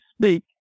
speak